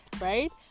right